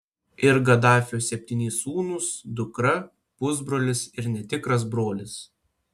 ir gadafio septyni sūnūs dukra pusbrolis ir netikras brolis